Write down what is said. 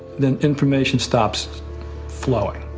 then information stops flowing.